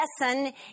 lesson